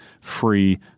free